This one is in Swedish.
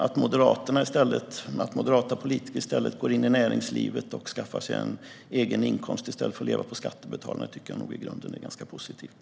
Att moderata politiker går in i näringslivet och skaffar sig en egen inkomst i stället för att leva på skattebetalarna tycker jag i grunden är ganska positivt.